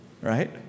right